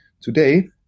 today